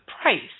price